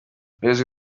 ubuyobozi